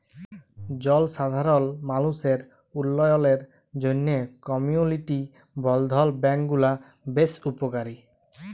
জলসাধারল মালুসের উল্ল্যয়লের জ্যনহে কমিউলিটি বলধ্ল ব্যাংক গুলা বেশ উপকারী